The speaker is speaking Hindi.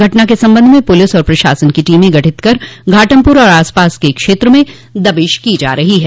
घटना के संबंध में प्रलिस और प्रशासन को टीमें गठित कर घाटमपुर और आसपास के क्षेत्र में दबिश दी जा रही है